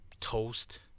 toast